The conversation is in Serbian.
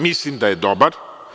Mislim da je dobar.